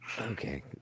Okay